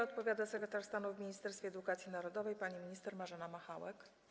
Odpowiada sekretarz stanu w Ministerstwie Edukacji Narodowej pani minister Marzena Machałek.